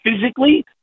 physically